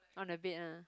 on the bed ah